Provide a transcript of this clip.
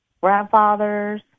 grandfathers